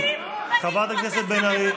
אתם שתקנים, וזה יתפוצץ לכם בפרצוף.